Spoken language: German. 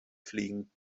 fliegen